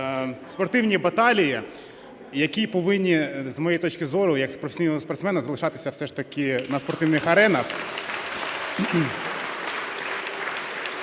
спортивні баталії, які повинні, з моєї точки зору, як професійного спортсмена, залишатися все ж таки на спортивних аренах.